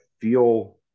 feel